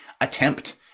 attempt